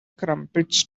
crumpets